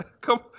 Come